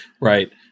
right